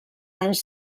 anys